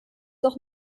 doch